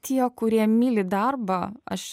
tie kurie myli darbą aš